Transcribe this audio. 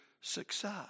success